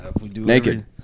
Naked